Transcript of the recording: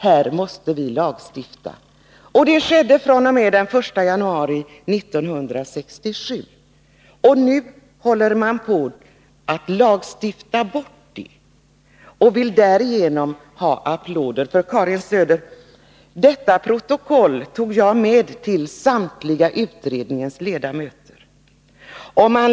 Här måste vi lagstifta. Det skedde fr.o.m. den 1 januari 1967. Nu håller man på att lagstifta bort det och vill t.o.m. ha applåder för det. Detta protokoll tog jag med till samtliga utredningens ledamöter, Karin Söder.